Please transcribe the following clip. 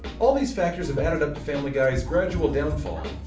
all these factors have added up to family guy's gradual downfall,